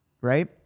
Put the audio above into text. Right